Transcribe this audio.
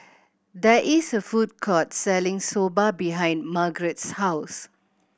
there is a food court selling Soba behind Margarett's house